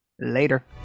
Later